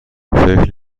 فکر